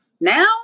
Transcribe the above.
now